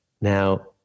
now